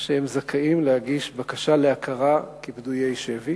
שהם זכאים להגיש בקשה להכרה כפדויי שבי